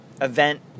event